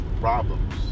problems